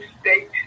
state